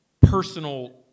personal